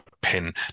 pin